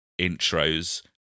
intros